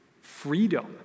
freedom